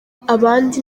abandi